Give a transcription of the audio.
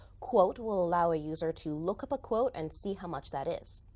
quote will allow a user to look up a quote and see how much that is.